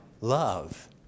love